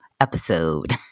episode